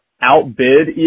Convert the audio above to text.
outbid